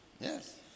Yes